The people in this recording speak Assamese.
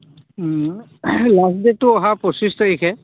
লাষ্টডেটটো অহা পঁচিছ তাৰিখে